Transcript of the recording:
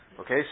Okay